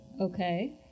Okay